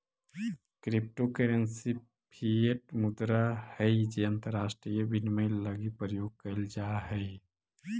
crypto currency fiat मुद्रा हइ जे अंतरराष्ट्रीय विनिमय लगी प्रयोग कैल जा हइ